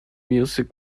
music